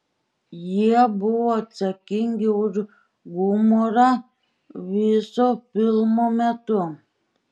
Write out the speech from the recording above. jie buvo atsakingi už humorą viso filmo metu